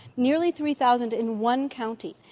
nearly three thousand in one county,